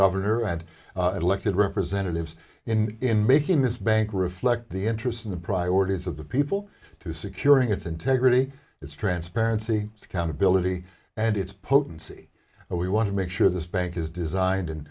governor and elected representatives in in making this bank reflect the interest in the priorities of the people to securing its integrity its transparency accountability and its potency and we want to make sure this bank is designed